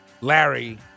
Larry